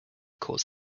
cause